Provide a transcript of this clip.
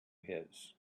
his